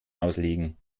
auslegen